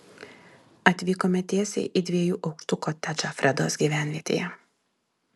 atvykome tiesiai į dviejų aukštų kotedžą fredos gyvenvietėje